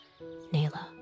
Nayla